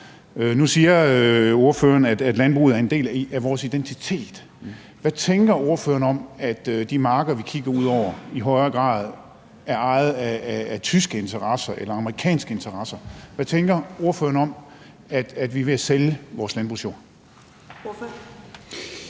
Nu siger ordføreren, at landbruget er en del af vores identitet. Hvad tænker ordføreren om, at de marker, vi kigger ud over, i højere grad er ejet af tyske interesser eller amerikanske interesser? Hvad tænker ordføreren om, at vi er ved at sælge vores landbrugsjord?